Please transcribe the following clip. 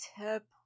tip